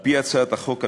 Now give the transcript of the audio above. על-פי הצעת החוק,